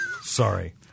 Sorry